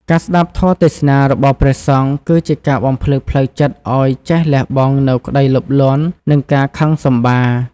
ការស្តាប់ធម៌ទេសនារបស់ព្រះសង្ឃ គឺជាការបំភ្លឺផ្លូវចិត្តឱ្យចេះលះបង់នូវក្តីលោភលន់ និងការខឹងសម្បារ។